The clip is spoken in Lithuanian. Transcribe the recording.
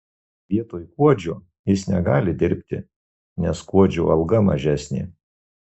vietoj kuodžio jis negali dirbti nes kuodžio alga mažesnė